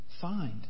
Find